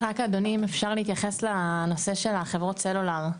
רק אדוני אם אפשר להתייחס לנושא של החברות סלולר.